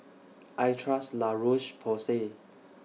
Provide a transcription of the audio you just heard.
I Trust La Roche Porsay